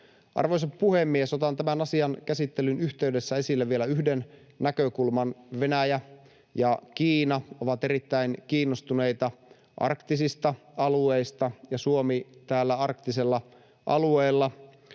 Arvoisa puhemies! Otan tämän asian käsittelyn yhteydessä esille vielä yhden näkökulman: Venäjä ja Kiina ovat erittäin kiinnostuneita arktisista alueista, ja Suomi täällä arktisella alueella